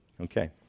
Okay